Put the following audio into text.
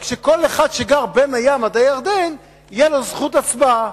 רק שכל אחד שגר בין הים לירדן תהיה לו זכות הצבעה,